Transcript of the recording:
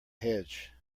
hedge